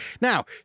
now